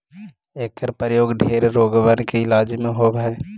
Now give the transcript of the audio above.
एकर प्रयोग ढेर रोगबन के इलाज में होब हई